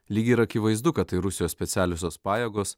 lyg ir akivaizdu kad tai rusijos specialiosios pajėgos